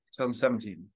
2017